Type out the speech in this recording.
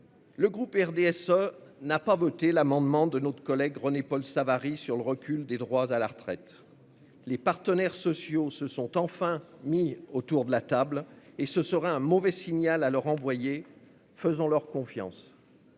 Le groupe RDSE n'a pas voté l'amendement de notre collègue René-Paul Savary, relatif au recul des droits à la retraite. Les partenaires sociaux se sont enfin réunis autour de la table ; ce serait leur envoyer un mauvais signal. Faisons-leur confiance